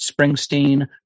Springsteen